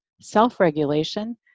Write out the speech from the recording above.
self-regulation